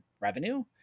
revenue